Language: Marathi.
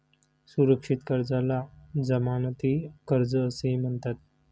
सुरक्षित कर्जाला जमानती कर्ज असेही म्हणतात